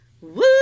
Woo